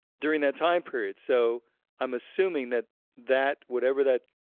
during that time period. so i'm assuming that that whatever that